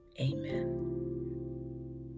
Amen